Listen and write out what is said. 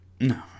No